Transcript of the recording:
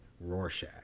Rorschach